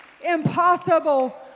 impossible